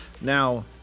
now